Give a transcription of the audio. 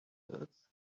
birds